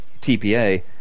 TPA